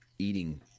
eating